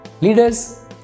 Leaders